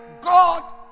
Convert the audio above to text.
God